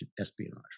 espionage